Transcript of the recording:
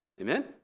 Amen